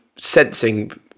sensing